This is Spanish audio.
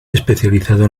especializado